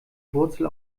wurzel